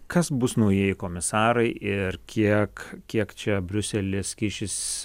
kas bus naujieji komisarai ir kiek kiek čia briuselis kišis